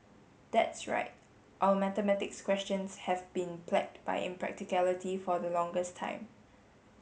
that's right our mathematics questions have been plagued by impracticality for the longest time